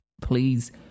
please